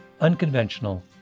Unconventional